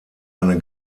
eine